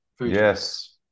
yes